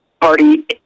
party